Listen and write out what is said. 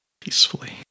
Peacefully